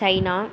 China